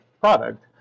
product